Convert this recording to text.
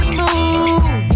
move